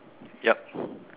yup